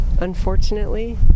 Unfortunately